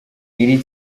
iri